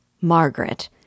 Margaret